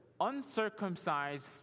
uncircumcised